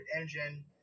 engine